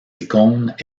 icônes